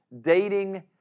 dating